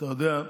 אתה יודע,